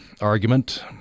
argument